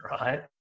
right